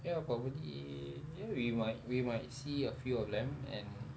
ya probably ya we might we might see a few of them and